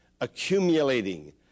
accumulating